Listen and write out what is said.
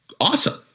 Awesome